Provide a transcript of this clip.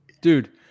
Dude